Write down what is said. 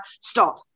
stop